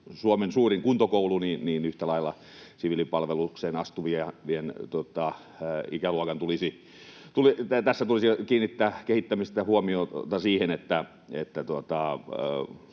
Suomen suurin kuntokoulu — yhtä lailla siviilipalvelukseen astuvan ikäluokan osalta tulisi kiinnittää kehittämisessä huomiota siihen, että